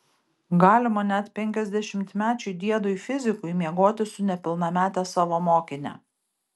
galima net penkiasdešimtmečiui diedui fizikui miegoti su nepilnamete savo mokine